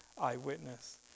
eyewitness